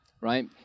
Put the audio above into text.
right